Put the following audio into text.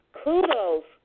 kudos